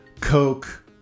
coke